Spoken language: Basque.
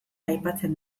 aipatzen